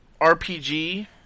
RPG